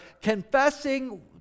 confessing